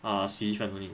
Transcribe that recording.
ah 洗衣粉 only